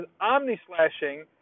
Omni-Slashing